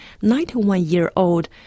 91-year-old